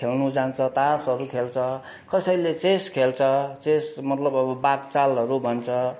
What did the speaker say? खेल्नु जान्छ तासहरू खेल्छ कसैले चेस खेल्छ चेस मतलब अब बाघचालहरू भन्छ